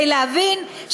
אוקיי?